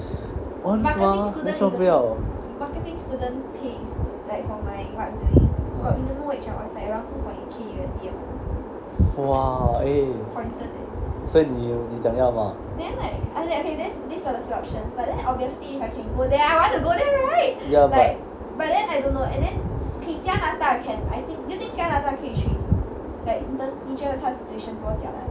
onz mah 为什么不要 !wah! eh 所以你你有讲要吗 ya but